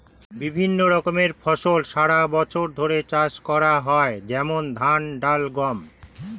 বিভিন্ন রকমের ফসল সারা বছর ধরে চাষ করা হয়, যেমন ধান, ডাল, গম